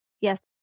Yes